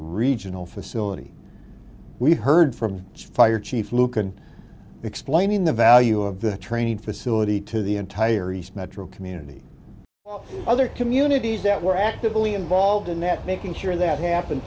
regional facility we heard from fire chief luke and explaining the value of the training facility to the entire east metro community other communities that were actively involved in that making sure that happened